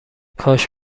کاش